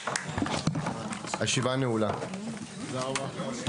הישיבה ננעלה בשעה 16:50.